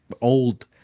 old